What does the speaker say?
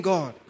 God